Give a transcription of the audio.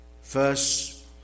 First